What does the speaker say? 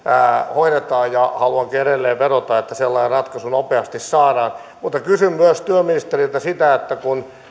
hoidetaan haluankin edelleen vedota että sellainen ratkaisu nopeasti saadaan kysyn myös työministeriltä kun